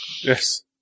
Yes